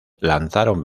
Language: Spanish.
lanzaron